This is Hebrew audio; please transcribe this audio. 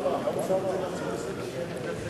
לוועדת החינוך, התרבות והספורט נתקבלה.